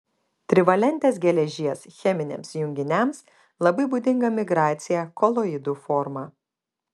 trivalentės geležies cheminiams junginiams labai būdinga migracija koloidų forma